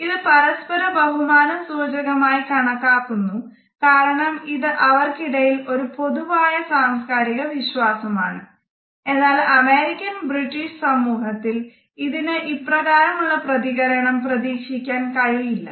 ഇത് പരസ്പര ബഹുമാന സൂചകമായി കണക്കാക്കുന്നു കാരണം ഇത് അവർക്കിടയിൽ ഒരു പൊതുവായ സാംസ്കാരിക വിശ്വാസം ആണ് എന്നാൽ അമേരിക്കൻ ബ്രിട്ടീഷ് സമൂഹത്തിൽ ഇതിന് ഇപ്രകാരം ഉള്ള പ്രതികരണം പ്രതീക്ഷിക്കാൻ കഴിയില്ല